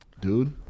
Dude